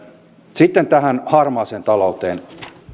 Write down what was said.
sitten tähän harmaaseen talouteen